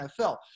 NFL